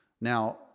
Now